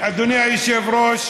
אדוני היושב-ראש,